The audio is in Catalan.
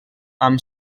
amb